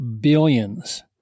billions